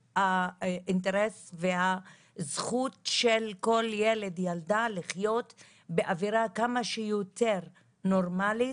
האינטרס והזכות של כל ילד וילדה לחיות באווירה כמה שיותר נורמלית,